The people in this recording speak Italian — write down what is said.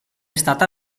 stata